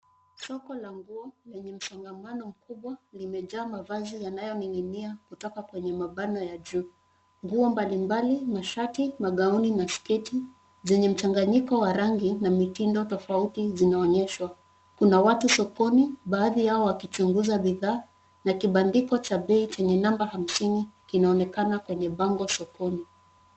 Soko la nguo lenye msongamano mkubwa limejaa mavazi yanayoning'inia kutoka kwenye mabano ya juu. Nguo mbalimbali, mashati, magauni na sketi zenye mchanganyiko wa rangi na mitindo tofauti zinaonyeshwa. Kuna watu sokoni baadhi yao wakichunguza bidhaa na kibandiko cha bei chenye namba hamsini kinaonekana kwenye bango sokoni.